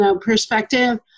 perspective